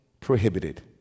prohibited